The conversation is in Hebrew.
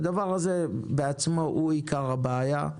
והדבר הזה בעצמו הוא עיקר הבעיה,